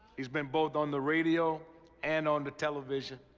he's been both on the radio and on the television.